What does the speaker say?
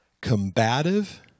combative